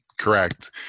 Correct